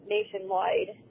Nationwide